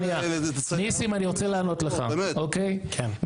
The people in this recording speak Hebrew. לענות לך, אוקיי?